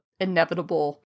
inevitable